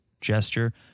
gesture